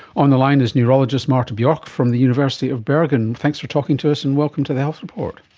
on the line is neurologist marte bjork from the university of bergen. thanks for talking to us and welcome to the health report.